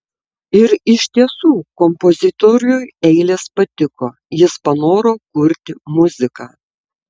ir iš tiesų kompozitoriui eilės patiko jis panoro kurti muziką